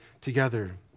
together